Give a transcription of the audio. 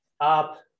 up